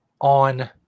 On